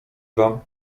wam